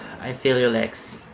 i feel you lex.